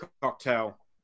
cocktail